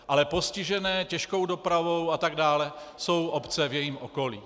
Ale postižené těžkou dopravou atd. jsou obce v jejím okolí.